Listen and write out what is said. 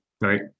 right